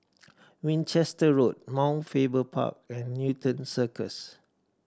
Winchester Road Mount Faber Park and Newton Circus